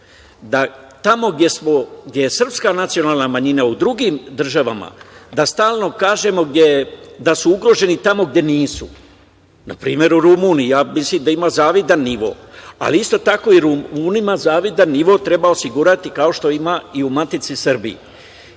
da tamo gde je srpska nacionalna manjina u drugim državama da stalno kažemo da su ugroženi tamo gde nisu, npr. u Rumuniji. Ja mislim da ima zavidan nivo, ali isto tako i Rumunima zavidan nivo treba osigurati kao što ima i u matici Srbiji.